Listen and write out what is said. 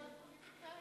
להיות פוליטיקאית.